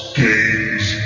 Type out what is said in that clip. games